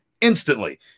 instantly